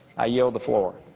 i yield the floor.